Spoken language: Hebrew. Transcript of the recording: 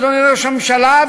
אדוני ראש הממשלה,